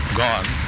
gone